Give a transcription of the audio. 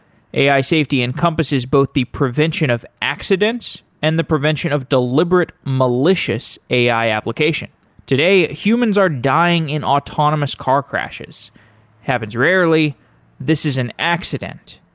ai safety encompasses both the prevention of accident and the prevention of deliberate malicious ai application today, humans are dying in autonomous car crashes. it happens rarely this is an accident.